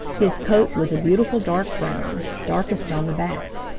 his coat was a beautiful dark brown, darkest on the back.